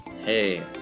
Hey